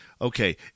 okay